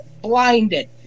blinded